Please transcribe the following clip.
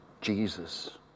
Jesus